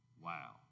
Wow